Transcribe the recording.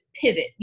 pivot